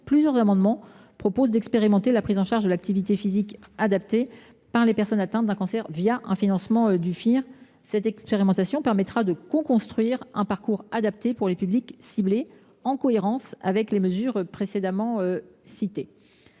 plusieurs amendements tendent à expérimenter la prise en charge de l’activité physique adaptée par les personnes atteintes d’un cancer, le financement du FIR. Cette expérimentation permettra de coconstruire un parcours adapté pour les publics ciblés, en cohérence avec les mesures précédemment citées.